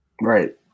Right